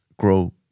grow